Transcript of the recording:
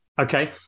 Okay